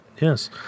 Yes